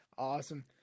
Awesome